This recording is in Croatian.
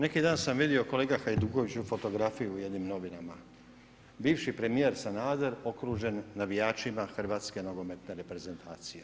Neki dan sam vidio kolega Hajdukoviću fotografiju u jednim novinama, bivši premijer Sanader okružen navijačima hrvatske nogometne reprezentacije.